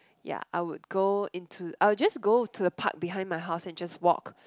yea I would go into I will just go into the park behind my house and just walk